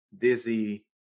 dizzy